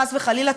חס וחלילה,